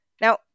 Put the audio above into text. Now